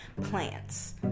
plants